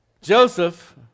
Joseph